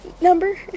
number